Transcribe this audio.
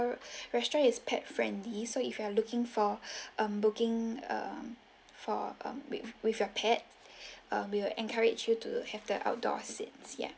our restaurant is pet friendly so if you are looking for um booking um for um with with your pet um we will encourage you to have the outdoor seats ya